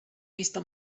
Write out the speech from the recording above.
vista